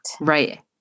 Right